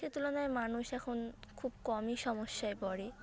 সে তুলনায় মানুষ এখন খুব কমই সমস্যায় পড়ে